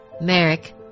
Merrick